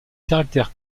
caractère